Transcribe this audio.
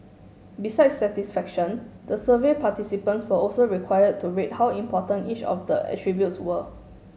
besides satisfaction the survey participants were also required to rate how important each of the attributes were